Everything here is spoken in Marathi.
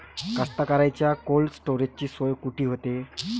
कास्तकाराइच्या कोल्ड स्टोरेजची सोय कुटी होते?